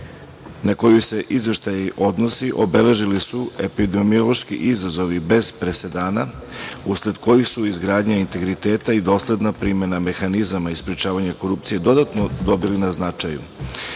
na koju se izveštaj odnosi obeležili su epidemiološki izazovi bez presedana usled kojih su izgradnja integriteta i dosledan primena mehanizama o sprečavanju korupcije dodatno dobili na značaju.